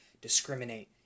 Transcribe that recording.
discriminate